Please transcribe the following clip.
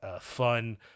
fun